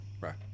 Right